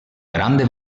grande